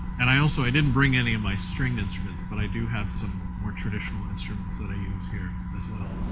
and i also, i didn't bring any um of string instruments but i do have some more traditional instruments that i use here as well.